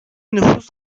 nüfus